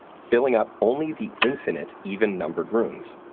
filling up only the infinite even-numbered rooms.